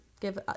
give